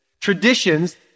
traditions